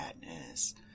madness